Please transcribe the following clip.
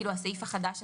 כלומר הסעיף החדש.